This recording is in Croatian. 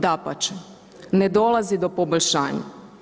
Dapače, ne dolazi do poboljšanja.